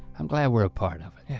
i'm glad we're a part of it. yeah.